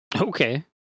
Okay